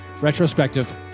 retrospective